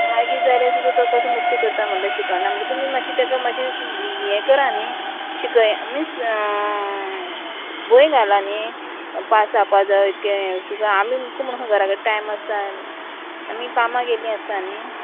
मागीर जाय जाल्या सुद्दां तो कसो मस्ती करता म्हटल्यार शिकना म्हणल्यार तुमी मात्शें तेका मातशें हें करा न्ही शिकय मिन्स भंय घाला न्ही पास जावपा जाय इतकें अशें आमकां म्हुणो घरा कडे टायम आसता आमी कामां गेल्लीं आसता न्ही